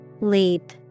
Leap